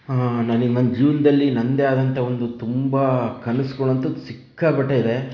ನನಗೆ ನನ್ನ ಜೀವನದಲ್ಲಿ ನನ್ನದೇ ಆದಂಥ ಒಂದು ತುಂಬ ಕನಸುಗಳಂತೂ ಸಿಕ್ಕಾಪಟ್ಟೆ ಇದೆ